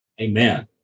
Amen